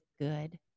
good